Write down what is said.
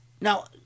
Now